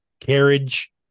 carriage